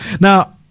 Now